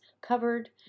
covered